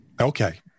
Okay